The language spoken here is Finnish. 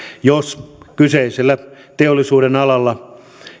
jos kyseisellä teollisuudenalalla